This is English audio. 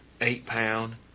eight-pound